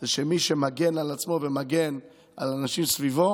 היא שמי שמגן על עצמו ומגן על אנשים סביבו